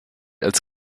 als